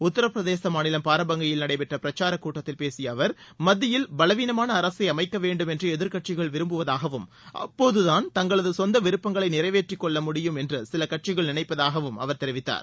உத்தரப்பிரதேச மாநிலம் பாரபங்கியில் நடைபெற்ற பிரச்சாரக் கூட்டத்தில் பேசிய அவர் மத்தியில் பலவீனமான அரசை அமைக்க வேண்டும் என்று எதிர்க்கட்சிகள் விரும்புவதாகவும் அப்போதுதான் தங்களது சொந்த விருப்பங்களை நிறைவேற்றிக்கொள்ள முடியும் என்று சில கட்சிகள் நினைப்பதாகவும் அவர் தெரிவித்தார்